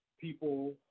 people